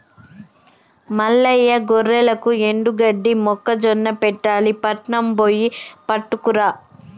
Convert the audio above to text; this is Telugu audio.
మల్లయ్య గొర్రెలకు ఎండుగడ్డి మొక్కజొన్న పెట్టాలి పట్నం బొయ్యి పట్టుకురా